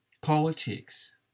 politics